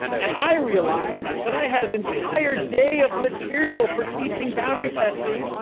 and i realize that i had an entire day of material for teaching boundary testing